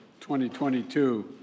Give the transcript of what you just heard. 2022